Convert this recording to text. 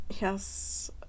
yes